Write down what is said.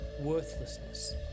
Worthlessness